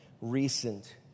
recent